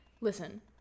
listen